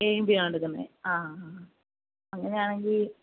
എയും ബിയും ആണോ എടുക്കുന്നത് ആ ആ അങ്ങനെ ആണെങ്കിൽ